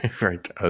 Right